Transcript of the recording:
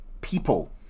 people